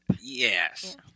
Yes